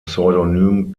pseudonym